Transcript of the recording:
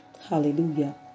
Hallelujah